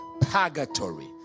purgatory